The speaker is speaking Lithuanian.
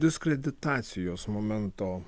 diskreditacijos momento